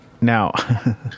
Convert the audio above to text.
Now